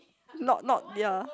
not not ya